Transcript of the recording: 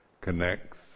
connects